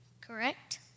Correct